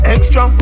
Extra